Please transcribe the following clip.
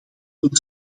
men